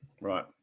Right